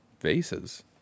Vases